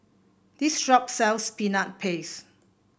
this shop sells Peanut Paste